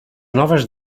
noves